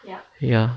ya